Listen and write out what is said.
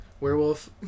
werewolf